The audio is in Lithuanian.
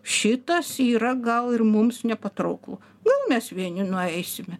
šitas yra gal ir mums nepatrauklu gal mes vieni nueisime